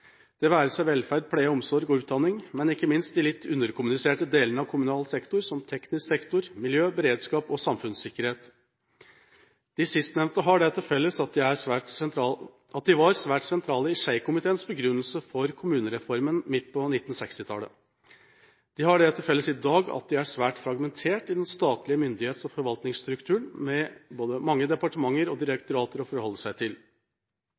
det være seg velferd, pleie og omsorg og utdanning, men ikke minst de litt underkommuniserte delene av kommunal sektor, som teknisk sektor, miljø, beredskap og samfunnssikkerhet. De sistnevnte har det til felles at de var svært sentrale i Skei-komiteens begrunnelse for kommunereformen midt på 1960-tallet. De har det til felles i dag at de er svært fragmentert i den statlige myndighets- og forvaltningsstrukturen, med mange både departementer og direktorater å forholde seg til.